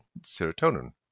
serotonin